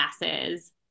masses